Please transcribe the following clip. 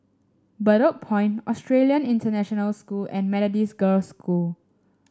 Bedok Point Australian International School and Methodist Girls' School